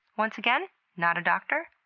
once again not a doctor,